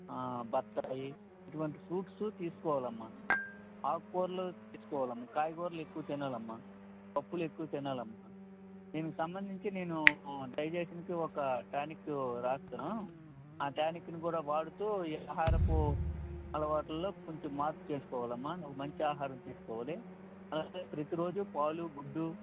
బత్తాయి ఇటువంటి ఫ్రూట్స్ తీసుకోవాలి అమ్మా ఆకుకూరలు తీసుకోవాలి అమ్మా కాయగూరలు ఎక్కువ తినాలి అమ్మా పప్పులు ఎక్కువ తినాలి అమ్మా దీనికి సంబంధించి నేను డైజెషన్కు ఒక టానిక్ రాస్తాను ఆ టానిక్ని కూడా వాడుతూ ఈ ఆహారపు అలవాటులలో కొంచెం మార్పు చేసుకోవాలి అమ్మా నువ్వు మంచి ఆహారం తీసుకోవాలి అలాగే ప్రతి రోజు పాలు గుడ్డు